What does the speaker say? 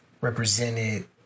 represented